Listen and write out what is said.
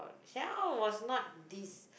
shell was not this